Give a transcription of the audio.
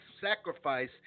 sacrifice